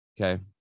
Okay